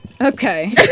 okay